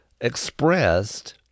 expressed